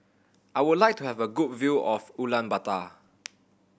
I would like to have a good view of Ulaanbaatar